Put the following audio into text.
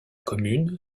commune